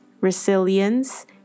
resilience